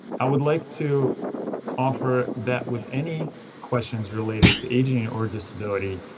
i would like to offer that with any questions related to aging or disability,